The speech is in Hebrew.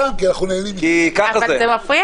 זה מפריע